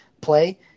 play